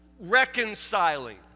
reconciling